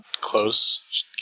close